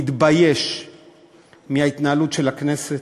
מתבייש מההתנהגות של הכנסת.